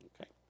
Okay